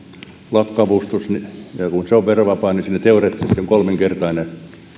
lakkoavustus ja kun se on verovapaa niin siinä teoreettisesti on kolminkertainen